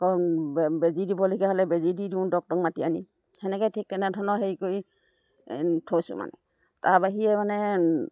আকৌ বেজী দিবলগীয়া হ'লে বেজী দি দিওঁ ডক্তৰক মাতি আনি সেনেকৈ ঠিক তেনেধৰণৰ হেৰি কৰি থৈছোঁ মানে তাৰ বাহিৰে মানে